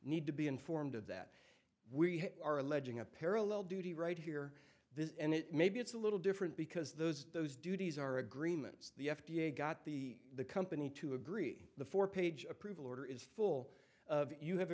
need to be informed of that we are alleging a parallel duty right here this and it maybe it's a little different because those those duties are agreements the f d a got the the company to agree the four page approval order is full of you have